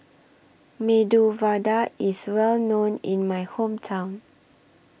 Medu Vada IS Well known in My Hometown